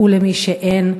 ומי שאין לה,